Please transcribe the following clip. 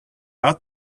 out